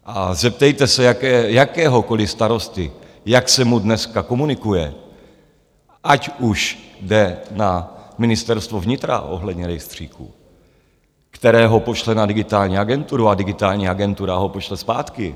A zeptejte se jakéhokoliv starosty, jak se mu dneska komunikuje, ať už jde na Ministerstvo vnitra ohledně rejstříku, které ho pošle na Digitální agenturu, a Digitální agentura ho pošle zpátky.